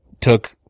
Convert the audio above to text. took